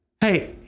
Hey